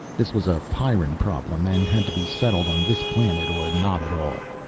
this was a pyrran problem, and had to be settled on this planet or not at all.